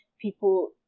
people